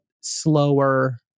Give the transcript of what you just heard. slower